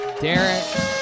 Derek